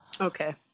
Okay